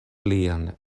lian